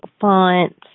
fonts